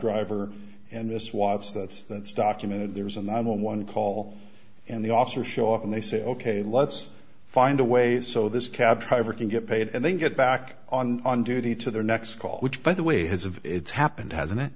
was that's that's documented there was and i'm on one call and the officers show up and they say ok let's find a way so this cab driver can get paid and then get back on on duty to their next call which by the way has of it's happened hasn't it